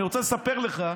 אני רוצה לספר לך,